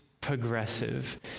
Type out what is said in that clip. progressive